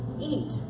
eat